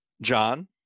John